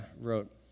wrote